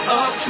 up